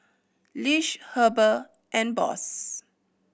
Lish Heber and Boss